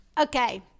Okay